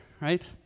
right